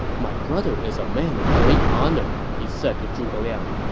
my brother is a man of great honor, he said to zhuge liang.